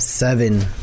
Seven